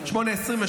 08:22,